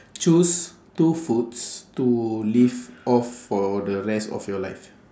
choose two foods to live off for the rest of your life